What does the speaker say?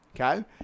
okay